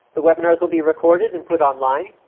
the webinars will be recorded and put online.